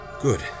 Good